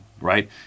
right